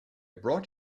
brought